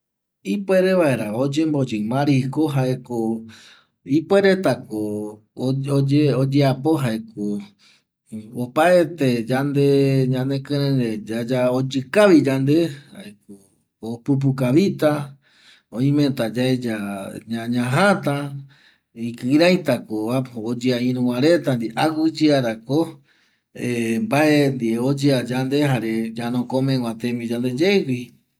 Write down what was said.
Ipuere vaera oyemboyi marisco jaeko ipuereta ko oyeapo opaete yande ipuere oyi kavi yande jaeko opupu kavita, ñajata aguiyaera ko ñamoicomegua tembia yandeyegui